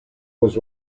was